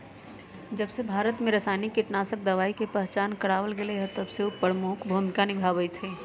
जबसे भारत में रसायनिक कीटनाशक दवाई के पहचान करावल गएल है तबसे उ प्रमुख भूमिका निभाई थई